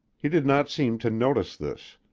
he did not seem to notice this.